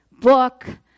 book